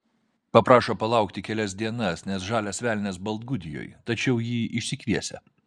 paprašo palaukti kelias dienas nes žalias velnias baltgudijoj tačiau jį išsikviesią